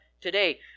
today